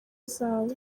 zabo